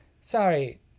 sorry